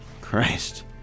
Christ